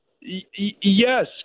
Yes